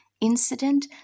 incident